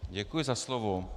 Děkuji za slovo.